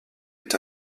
est